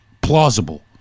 plausible